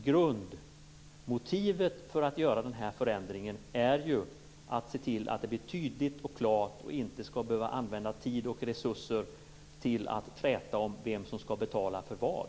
Grundmotivet för förändringen är ju att det skall bli tydligt och klart och att man inte skall behöva använda tid och resurser till att träta om vem som skall betala för vad.